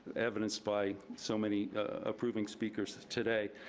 evidenced by so many approving speakers today,